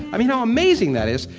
i mean, how amazing that is,